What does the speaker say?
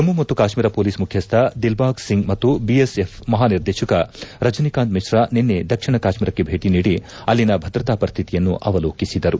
ಜಮ್ಮು ಮತ್ತು ಕಾಶ್ಮೀರ ಪೊಲೀಸ್ ಮುಖ್ಯಸ್ಥ ದಿಲ್ಬಾಗ್ ಸಿಂಗ್ ಮತ್ತು ಬಿಎಸ್ಎಫ್ ಮಹಾನಿರ್ದೇಶಕ ರಜನಿಕಾಂತ್ ಮಿಶ್ರಾ ನಿನ್ನೆ ದಕ್ಷಿಣ ಕಾಶ್ಟೀರಕ್ಕೆ ಭೇಟಿ ನೀಡಿ ಅಲ್ಲಿನ ಭದ್ರತಾ ಪರಿಸ್ಡಿತಿಯನ್ನು ಅವಲೋಕಿಸಿದರು